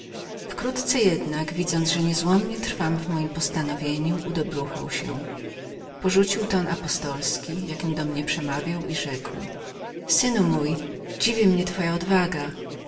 wkrótce jednak widząc że niezłomnie trwałem w mojem postanowieniu udobruchał się porzucił ton apostolski jakim do mnie przemawiał i rzekł dziwi mnie twoja odwaga